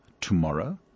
tomorrow